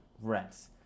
rents